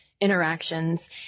interactions